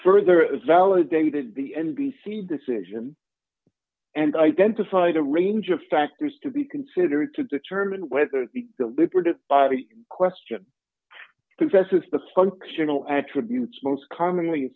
further validated the n b c decision and identified a range of factors to be considered to determine whether the deliberative body question confesses the functional attributes most commonly